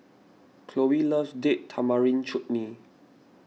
Cloe loves Date Tamarind Chutney